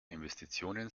investitionen